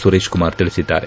ಸುರೇಶ್ ಕುಮಾರ್ ತಿಳಿಸಿದ್ದಾರೆ